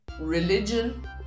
religion